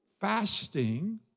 Fasting